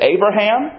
Abraham